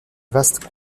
vaste